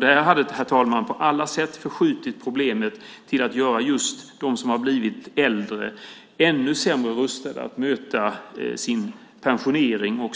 Det hade, herr talman, på alla sätt förskjutit problemet till att göra just de som har blivit äldre ännu sämre rustade att möta sin pensionering och